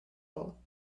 hole